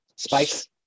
Spice